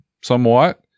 somewhat